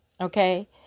okay